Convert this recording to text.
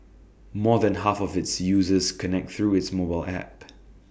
more than half of its users connect through its mobile app